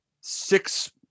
six